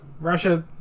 Russia